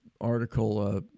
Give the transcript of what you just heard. article